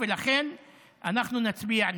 ולכן אנחנו נצביע נגד.